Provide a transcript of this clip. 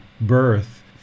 birth